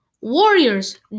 Warriors